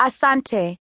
Asante